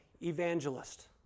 evangelist